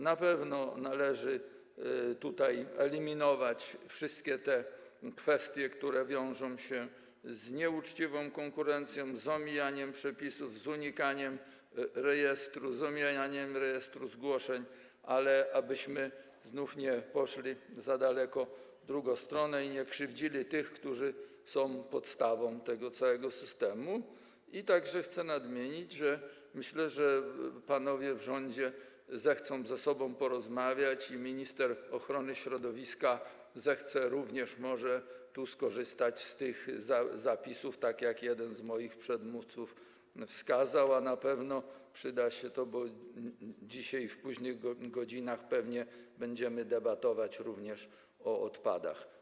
Na pewno należy tutaj eliminować wszystkie te kwestie, które wiążą się z nieuczciwą konkurencją, z omijaniem przepisów, z unikaniem rejestru, z omijaniem rejestru zgłoszeń, ale abyśmy znów nie poszli za daleko w drugą stronę i nie krzywdzili tych, którzy są podstawą tego całego systemu, także chcę nadmienić, że myślę, że panowie w rządzie zechcą ze sobą porozmawiać i minister ochrony środowiska zechce tu może skorzystać również z tych zapisów, tak jak jeden z moich przedmówców wskazał, a na pewno się to przyda, bo dzisiaj w późnych godzinach będziemy pewnie debatować również o odpadach.